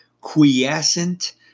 quiescent